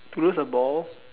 lose the ball